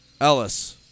Ellis